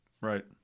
Right